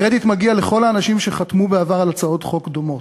הקרדיט מגיע לכל האנשים שחתמו בעבר על הצעות חוק דומות,